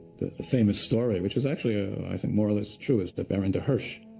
the famous story, which is actually, i think, more or less true is the baron de hirsch,